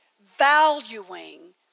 Valuing